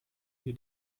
wir